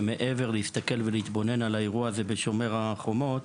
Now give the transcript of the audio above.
מעבר להתבוננות על האירוע של "שומר החומות",